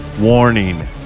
warning